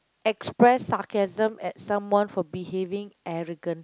express sarcasm at someone for behaving arrogant